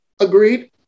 Agreed